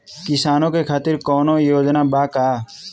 किसानों के खातिर कौनो योजना बा का?